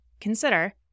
consider